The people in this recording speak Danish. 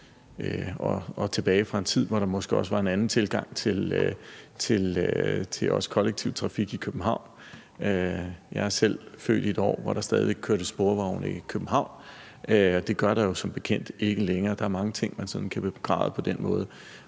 tilbage fra en tid, hvor der måske også var en anden tilgang til kollektiv trafik i København. Jeg er selv født i et år, hvor der stadig væk kørte sporvogne i København, og det gør der jo som bekendt ikke længere. Der er mange ting, man sådan kan begræde på den måde.